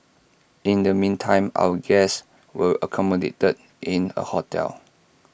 in the meantime our guests were accommodated in A hotel